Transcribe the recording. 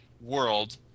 world